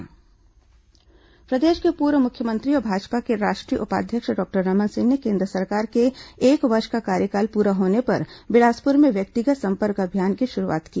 भाजपा व्यक्तिगत संपर्क अभियान प्रदेश के पूर्व मुख्यमंत्री और भाजपा के राष्ट्रीय उपाध्यक्ष डॉक्टर रमन सिंह ने केन्द्र सरकार के एक वर्ष का कार्यकाल प्ररा होने पर बिलासपुर में व्यक्तिगत संपर्क अभियान की शुरूआत की